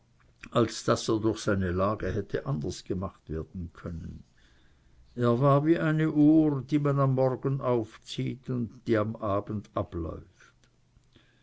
als daß er durch seine lage hätte anders gemacht werden können er war wie eine uhr die man am morgen aufzieht und die am abend abläuft